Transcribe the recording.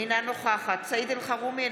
אינה נוכחת סעיד אלחרומי,